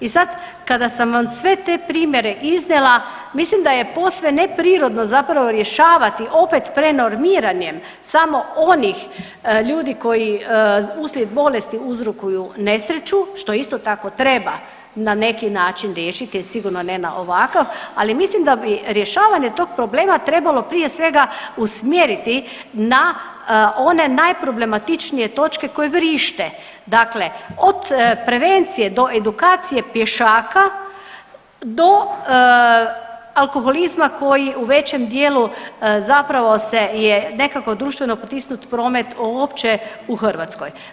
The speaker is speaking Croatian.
I sad kada sam vam sve te primjere iznijela mislim da je posve neprirodno zapravo rješavati opet prenormiranjem samo onih ljudi koji uslijed bolesti uzrokuju nesreću, što isto tako treba na neki način riješiti je sigurno ne na ovakav, ali mislim da bi rješavanje tog problema trebalo prije svega usmjeriti na one najproblematičnije točke koje vrište, dakle od prevencije do edukacije pješaka do alkoholizma koji u većem dijelu zapravo se je nekako društveno potisnut promet uopće u Hrvatskoj.